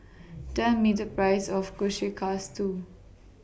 Tell Me The Price of Kushikatsu